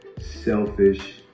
selfish